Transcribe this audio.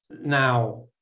now